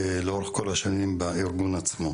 לאורך כל השנים בארגון עצמו.